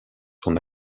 son